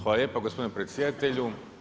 Hvala lijepo gospodine predsjedatelju.